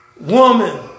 Woman